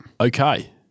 Okay